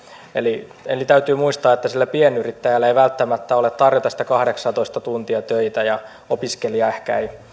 eli eli täytyy muistaa että sillä pienyrittäjällä ei välttämättä ole tarjota sitä kahdeksaatoista tuntia töitä ja opiskelija ei ehkä